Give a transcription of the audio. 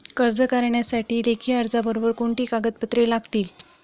कर्ज करण्यासाठी लेखी अर्जाबरोबर कोणती कागदपत्रे लागतील?